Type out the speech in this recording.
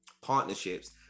partnerships